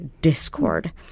discord